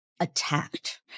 attacked